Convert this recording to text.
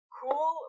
cool